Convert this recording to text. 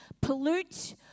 pollute